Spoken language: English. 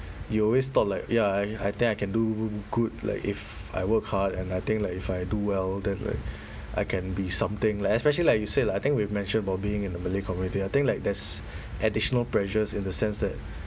you always thought like ya I I think I can do good like if I work hard and I think like if I do well then like I can be something like especially like you said lah I think we've mentioned about being in the malay community I think like there's additional pressures in the sense that